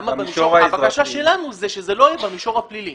הבקשה שלנו היא שזה לא יהיה במישור הפלילי.